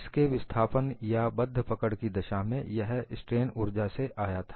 इसके विस्थापन या बद्ध पकड़ की दशा में यह स्ट्रेन उर्जा से आया था